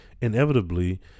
Inevitably